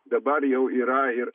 dabar jau yra ir